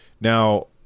Now